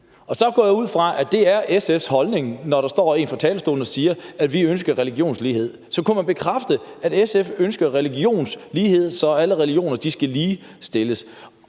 Så det går jeg ud fra er SF's holdning, når der står en på talerstolen og siger, at man ønsker religionslighed. Så kunne man bekræfte, at SF ønsker religionslighed, så alle religioner skal ligestilles?